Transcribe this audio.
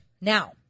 Now